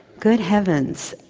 good heavens,